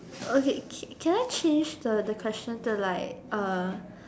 okay can I change the the question to like uh